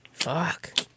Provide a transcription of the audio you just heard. Fuck